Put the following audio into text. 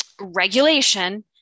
regulation